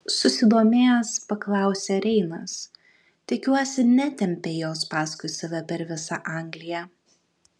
susidomėjęs paklausė reinas tikiuosi netempei jos paskui save per visą angliją